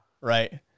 Right